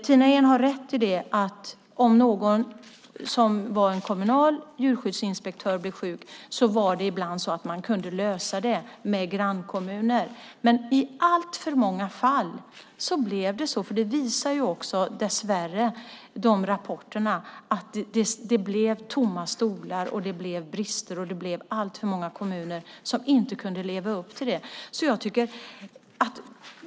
Tina Ehn har rätt i att om en kommunal djurskyddsinspektör blev sjuk kunde man ibland lösa det med grannkommuner. Men i alltför många fall blev det tomma stolar och brister, och det visar dess värre också rapporterna. Det var alltför många kommuner som inte kunde leva upp till kraven i djurskyddslagen.